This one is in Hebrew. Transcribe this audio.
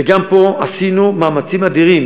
וגם פה עשינו מאמצים אדירים.